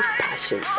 passion